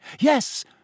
Yes